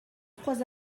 trois